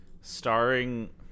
starring